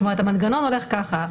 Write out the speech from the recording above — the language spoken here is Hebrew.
זאת אומרת, המנגנון הולך ככה.